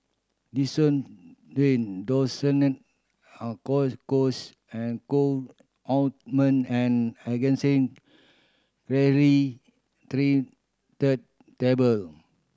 Desowen Desonide Cocois and Co Ointment and Angised Trinitrate Tablet